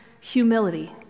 humility